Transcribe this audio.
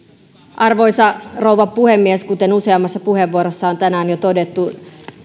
arvoisa rouva puhemies kuten useammassa puheenvuorossa on tänään jo todettu